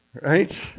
right